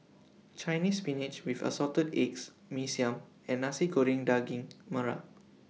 Chinese Spinach with Assorted Eggs Mee Siam and Nasi Goreng Daging Merah